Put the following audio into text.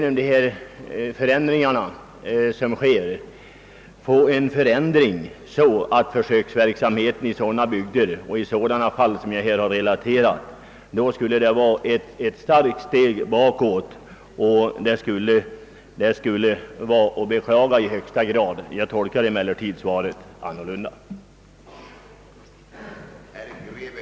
Om de förändringar som sker skulle medföra att försöksverksamheten i de bygder och i de fall som jag relaterade skulle starkt minska, vore det i högsta grad beklagligt. Jag tolkar emellertid statsrådets svar i annan riktning.